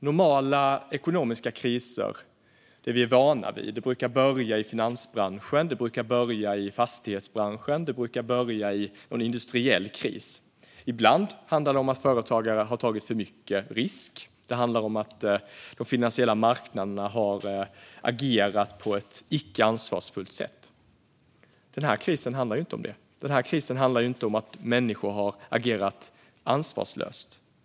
Normala ekonomiska kriser - det vi är vana vid - brukar börja i finansbranschen, i fastighetsbranschen eller i någon industriell kris. Ibland handlar det om att företagare har tagit för mycket risk eller om att de finansiella marknaderna har agerat på ett icke ansvarsfullt sätt. Men den här krisen handlar inte om det; den här krisen handlar ju inte om att människor har agerat ansvarslöst.